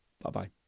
Bye-bye